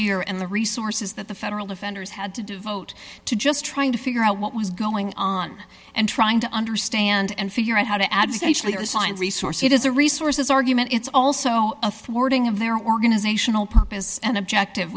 year and the resources that the federal defenders had to devote to just trying to figure out what was going on and trying to understand and figure out how to add sagely assigned resource it is a resources argument it's also affording of their organizational purpose and objective